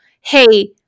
hey